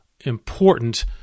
important